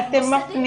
כי אתם מפנים